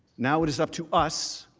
now it is up to us